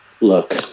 look